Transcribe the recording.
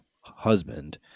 husband